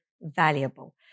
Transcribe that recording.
valuable